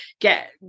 get